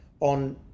on